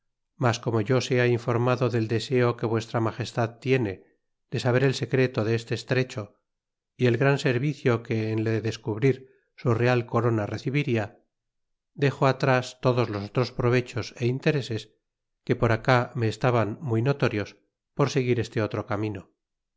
mas como yo sea informado del deseo que vuestra magestad tiene de saber el secreto de este estrecho y el gran servicio que en le descubrir su real corona recibirla dexo atras todos los otros provechos y intereses que por acá me estaban muy notorios por seguir este otro camino